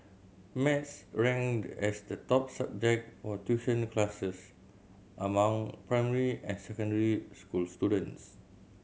math ranked as the top subject for tuition classes among primary and secondary school students